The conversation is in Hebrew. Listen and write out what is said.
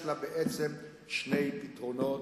יש לה בעצם שני פתרונות: